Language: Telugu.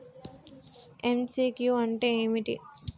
ఎమ్.సి.క్యూ అంటే ఏమిటి?